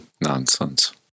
Nonsense